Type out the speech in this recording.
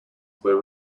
were